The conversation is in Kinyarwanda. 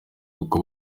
kuko